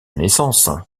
naissance